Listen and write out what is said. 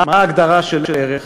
מה ההגדרה של ערך?